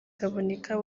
kaboneka